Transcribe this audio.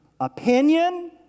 opinion